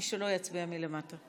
מי שלא, יצביע מלמטה.